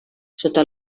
sota